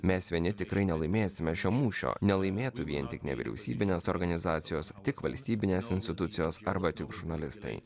mes vieni tikrai nelaimėsime šio mūšio nelaimėtų vien tik nevyriausybinės organizacijos tik valstybinės institucijos arba tik žurnalistai